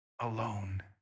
alone